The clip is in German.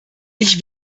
ich